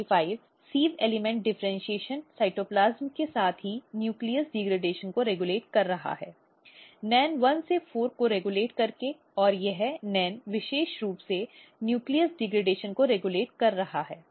NAC45 sieve element differentiation cytoplasm और साथ ही न्यूक्लियस डिग्रेडेशन को रेगुलेट कर रहा हैNEN1 से 4 को रेगुलेट करके और यह NEN विशेष रूप से न्यूक्लियस डिग्रेडेशन को रेगुलेट कर रहा है